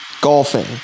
Golfing